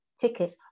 tickets